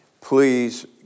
please